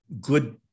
good